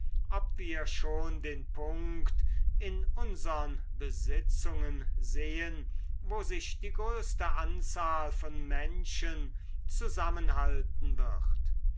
ob wir schon den punkt in unsern besitzungen sehen wo sich die größte anzahl von menschen zusammenhalten wird